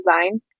design